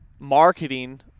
Marketing